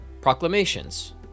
Proclamations